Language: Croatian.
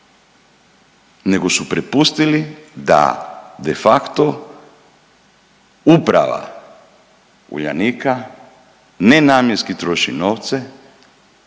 nego su prepustili da de facto uprava Uljanika nenamjenski troši novce.